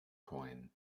coin